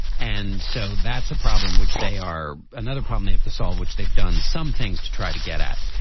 and so that's a problem which they are. another problem they have to solve which they've done some things to try to get at.